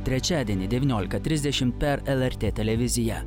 trečiadienį devyniolika trisdešimt per lrt televiziją